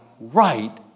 right